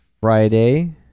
Friday